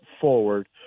forward